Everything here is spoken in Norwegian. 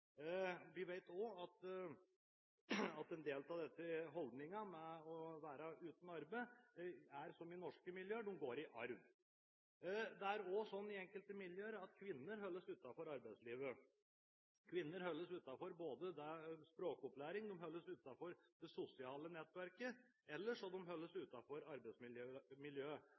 i norske miljøer – de går i arv. Det er også sånn i enkelte miljøer at kvinner holdes utenfor arbeidslivet. Kvinner holdes utenfor språkopplæring, de holdes utenfor det sosiale nettverket, eller de holdes